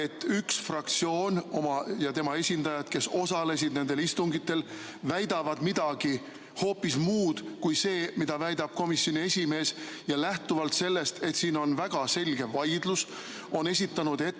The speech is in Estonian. üks fraktsioon ja tema esindajad, kes osalesid nendel istungitel, väidavad midagi hoopis muud kui komisjoni esimees. Lähtuvalt sellest, et siin on väga selge vaidlus, on esitatud